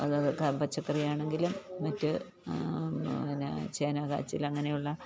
അത് പച്ചക്കറി ആണെങ്കിലും മറ്റ് പിന്നെ ചേന കാച്ചിൽ അങ്ങനെയുള്ള